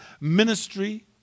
ministry